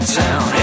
town